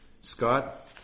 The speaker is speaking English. Scott